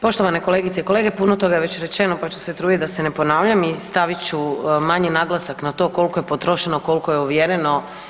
Poštovane kolegice i kolege, puno toga je već rečeno, pa ću se trudit da se ne ponavljam i stavit ću manji naglasak na to kolko je potrošeno, a kolko je ovjereno.